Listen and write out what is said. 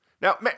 Now